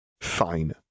Fine